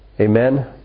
Amen